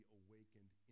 awakened